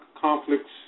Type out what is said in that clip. conflicts